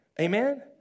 Amen